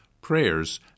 prayers